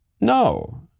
no